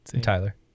Tyler